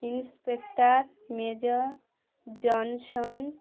inspector major Johnson